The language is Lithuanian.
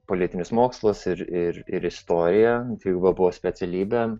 politinius mokslus ir ir ir istoriją ir va buvo specialybė